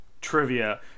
trivia